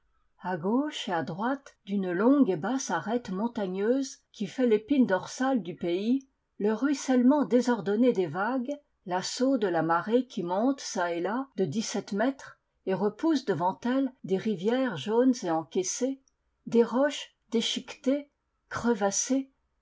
a gauche et à droite d'une longue et basse arête montagneuse qui fait l'épine dorsale du pays ruissellement désordonné des vagues l'assaut de la marée qui monte çà et là de dixsept mètres et repousse devant elle des rivières jaunes et encaissées des roches déchiquetées crevassées